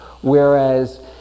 Whereas